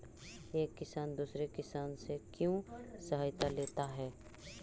एक किसान दूसरे किसान से क्यों सहायता लेता है?